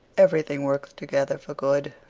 everything works together for good.